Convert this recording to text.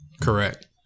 correct